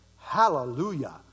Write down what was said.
Hallelujah